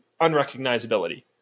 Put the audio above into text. unrecognizability